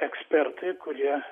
ekspertai kurie